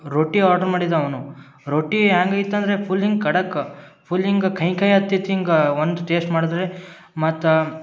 ರೋಟಿ order ಮಾಡಿದ ಅವನು ರೊಟ್ಟಿ ಹ್ಯಾಂಗೆ ಇತ್ತಂದರೆ ಫುಲ್ ಹಿಂಗೆ ಖಡಕ್ ಫುಲ್ ಹಿಂಗೆ ಕಹಿ ಕಹಿ ಆಯ್ತಿತ್ತು ಹಿಂಗೆ ಒಂದು ಟೇಸ್ಟ್ ಮಾಡಿದ್ವಿ ಮತ್ತು